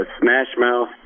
smash-mouth